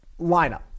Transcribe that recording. lineup